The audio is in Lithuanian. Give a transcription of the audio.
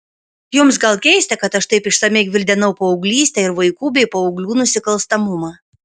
jums gal keista kad aš taip išsamiai gvildenau paauglystę ir vaikų bei paauglių nusikalstamumą